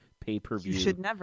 pay-per-view